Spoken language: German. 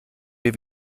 wir